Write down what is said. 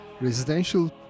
residential